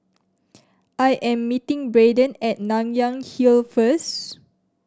I am meeting Brayden at Nanyang Hill first